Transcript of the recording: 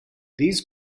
these